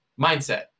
Mindset